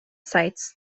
sites